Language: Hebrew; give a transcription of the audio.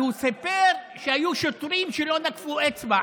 והוא סיפר שהיו שוטרים שלא נקפו אצבע,